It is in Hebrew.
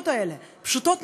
פשוט,